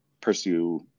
pursue